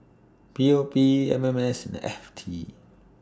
P O P M M S and F T